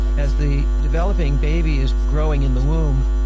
as the developing baby is growing in the womb,